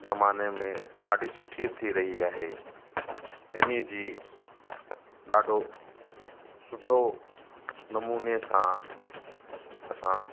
ज़माने में ॾाढी सुठी थी रही आहे हिन जी ॾाढो सुठो नमूने सां असां